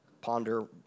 ponder